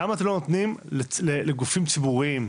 למה אתם לא נותנים לגופים ציבוריים?